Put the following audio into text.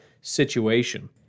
situation